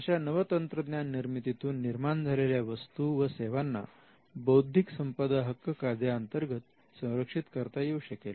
अशा नवतंत्रज्ञान निर्मितीतून निर्माण झालेल्या वस्तू व सेवांना बौद्धिक संपदा हक्क कायद्यांतर्गत संरक्षित करता येऊ शकेल